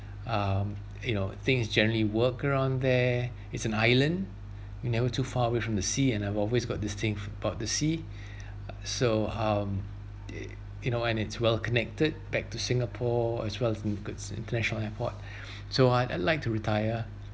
um you know things generally work around there it's an island you never too far away from the sea and I've always got this thing f~ about the sea so um you you know and it's well connected back to singapore as well have a good international airport so I I'd like to retire